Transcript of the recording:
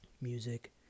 music